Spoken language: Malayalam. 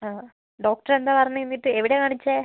ആ ഡോക്ടർ എന്താ പറഞ്ഞത് എന്നിട്ട് എവിടെയാണ് കാണിച്ചത്